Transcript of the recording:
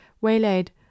waylaid